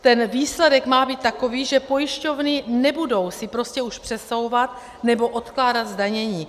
Ten výsledek má být takový, že pojišťovny nebudou si prostě už přesouvat nebo odkládat zdanění.